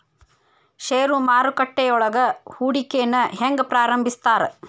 ಷೇರು ಮಾರುಕಟ್ಟೆಯೊಳಗ ಹೂಡಿಕೆನ ಹೆಂಗ ಪ್ರಾರಂಭಿಸ್ತಾರ